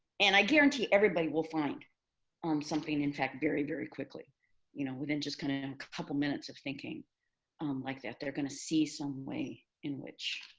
and i guarantee everybody will find um something. in fact, very, very quickly you know within just kind of a couple minutes of thinking um like that, they're going to see some way in which